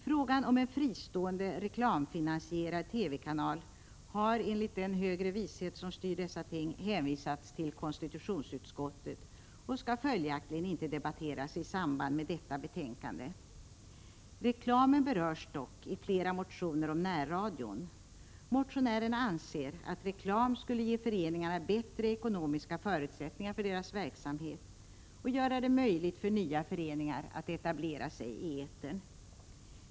Frågan om en fristående reklamfinansierad TV-kanal har enligt den högre vishet som styr dessa ting hänvisats till konstitutionsutskottet och skall följaktligen inte debatteras i samband med detta betänkande. Reklamen berörs dock i flera motioner om närradion. Motionärerna anser att reklam skulle ge föreningarna bättre ekonomiska förutsättningar för deras verksamhet och göra det möjligt för nya föreningar att etablera sig i etern.